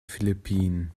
philippinen